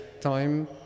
time